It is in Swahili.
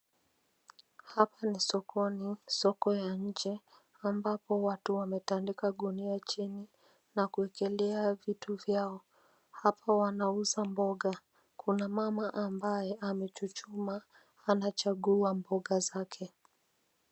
Hapa ni sokoni, soko ya nje, ambapo watu wametandika gunia chini na kuekelea vitu vyao. Hapo wanauza mboga. Kuna mama ambaye amechuchumaa, anachagua mboga zake.